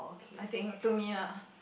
I think to me lah